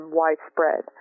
widespread